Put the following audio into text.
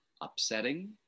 upsetting